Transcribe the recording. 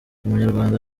umunyarwanda